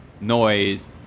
noise